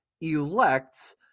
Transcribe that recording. elects